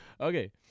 Okay